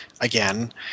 again